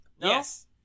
Yes